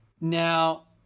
Now